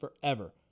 forever